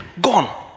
gone